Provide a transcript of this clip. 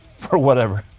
for whatever.